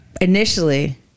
Initially